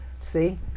see